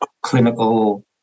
clinical